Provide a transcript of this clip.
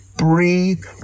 Breathe